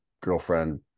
girlfriend